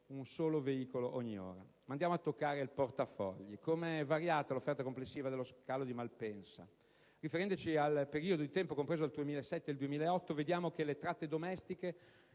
un solo veicolo all'ora. Ma andiamo a toccare il portafogli: come è variata l'offerta complessiva dello scalo di Malpensa? Riferendoci al periodo di tempo compreso tra il 2007 ed il 2008, vediamo che per le tratte domestiche